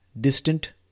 distant